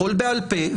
יכול בעל פה,